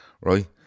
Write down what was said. Right